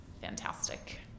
fantastic